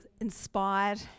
inspired